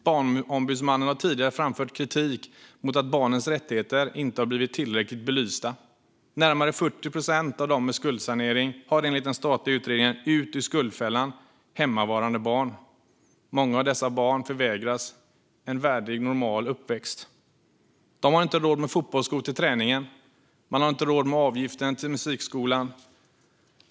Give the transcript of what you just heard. Barnombudsmannen har tidigare framfört kritik mot att barnens rättigheter inte har blivit tillräckligt belysta. Närmare 40 procent av de med skuldsanering har enligt den statliga utredningen Ut ur skuldfällan hemmavarande barn. Många av dessa barn förvägras en värdig, normal uppväxt. De har inte råd med fotbollsskor till träningen eller avgiften till musikskolan.